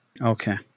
Okay